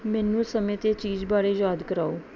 ਮੈਨੂੰ ਸਮੇਂ 'ਤੇ ਚੀਜ ਬਾਰੇ ਯਾਦ ਕਰਾਓ